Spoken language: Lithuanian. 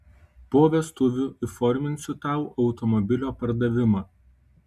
po vestuvių įforminsiu tau automobilio pardavimą